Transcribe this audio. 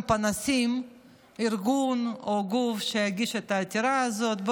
פנסים ארגון או גוף שיגיש את העתירה הזאת.